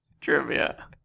trivia